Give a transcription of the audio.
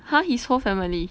!huh! his whole family